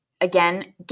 Again